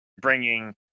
bringing